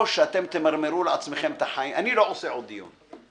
או שאתם תמרמרו לעצמכם את החיים אני לא עושה עוד דיון.